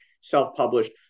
self-published